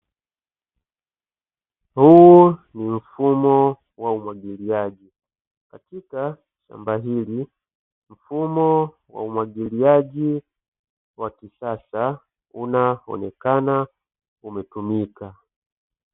Huu ni mfumo wa umwagiliaji, katika shamba hili, mfumo wa umwagiliaji wa kisasa unaonekana umetumika.